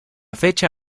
fecha